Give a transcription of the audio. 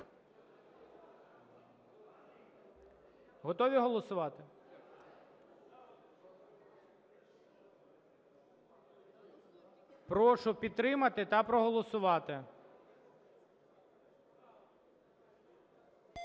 Готові голосувати? Прошу підтримати та проголосувати.